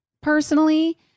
personally